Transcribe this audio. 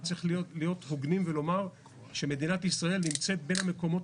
צריך להיות הוגנים ולומר שמדינת ישראל נמצאת בין המקומות